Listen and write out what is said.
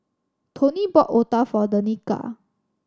Tony bought otah for Danica